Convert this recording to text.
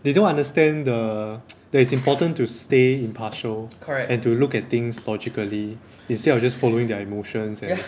they don't understand the that it's important to stay impartial and to look at things logically instead of just following their emotions and